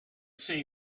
say